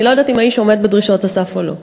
אני לא יודעת אם האיש עומד בדרישות הסף או לא.